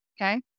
Okay